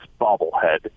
bobblehead